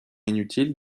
inutile